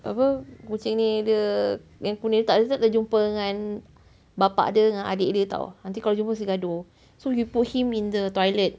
apa kucing ni dia yang kuning ni dia tak boleh jumpa dengan bapa dia dengan adik dia [tau] nanti kalau jumpa mesti gaduh so you put him in the toilet